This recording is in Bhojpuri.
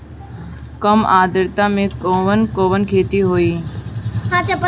कम आद्रता में कवन कवन खेती होई?